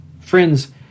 Friends